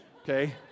Okay